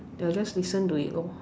I'll just listen to it lor